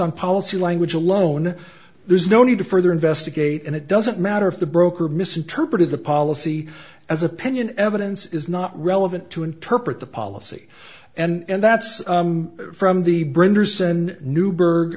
on policy language alone there's no need to further investigate and it doesn't matter if the broker misinterpreted the policy as opinion evidence is not relevant to interpret the policy and that's from the brender sen newberg